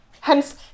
Hence